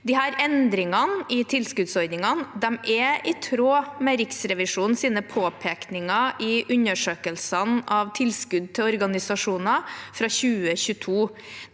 Endringene i tilskuddsordningene er i tråd med Riksrevisjonens påpekninger i undersøkelsene av tilskudd til organisasjoner fra 2022.